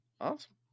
Awesome